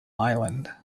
island